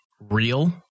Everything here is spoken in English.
real